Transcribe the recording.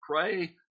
Pray